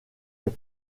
est